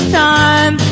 time